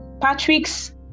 Patrick's